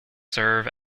serve